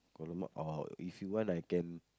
!alamak! uh if you want I can